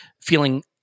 feeling